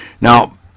Now